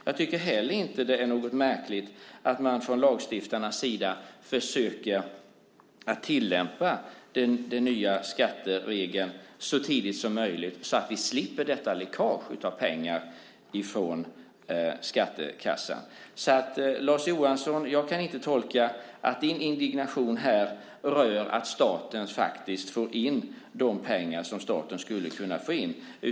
Jag tycker heller inte att det är märkligt att man från lagstiftarnas sida försöker tillämpa den nya skatteregeln så tidigt som möjligt så att vi slipper detta läckage av pengar från skattekassan. Jag kan inte tolka det så att din indignation, Lars Johansson, handlar om att staten faktiskt får in de pengar som staten skulle kunna få in.